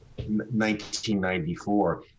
1994